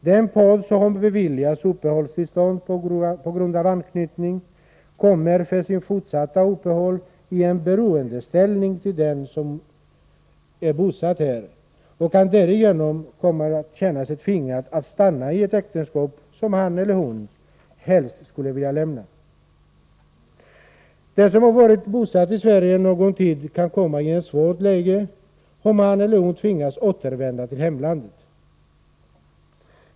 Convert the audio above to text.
Den part som beviljas uppehållstillstånd på grund av anknytning kommer för sitt fortsatta uppehåll i en beroendeställning till den som är bosatt här och kan därigenom komma att känna sig tvingad att stanna i ett äktenskap som han eller hon helst skulle vilja lämna. Den som har varit bosatt i Sverige någon tid kan komma i ett svårt läge, om han eller hon tvingas återvända till hemlandet.